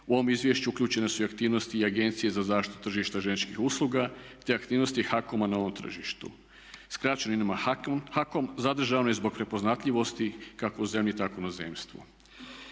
u ovom izvješću uključene su i aktivnosti Agencije za zaštitu tržišta željezničkih usluga, te aktivnosti HAKOM-a na ovom tržištu. Skraćeno ime HAKOM zadržano je zbog prepoznatljivosti kako u zemlji, tako i u inozemstvu.